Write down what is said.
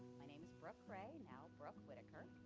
my name is brooke ray, now brooke whitaker.